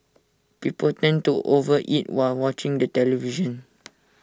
people tend to over eat while watching the television